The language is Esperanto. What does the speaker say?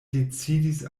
decidis